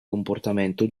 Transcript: comportamento